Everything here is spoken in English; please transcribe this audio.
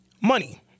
money